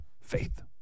Faith